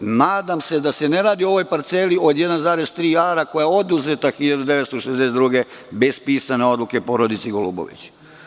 Nadam se da se ne radi o ovoj parceli od 1,3 ara, koja je oduzeta 1962. godine, bez pisane odluke, porodici Golubović.